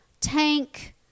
tank